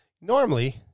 normally